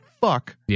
fuck